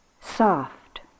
soft